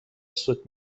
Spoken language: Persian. سود